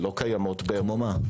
לגבי מה?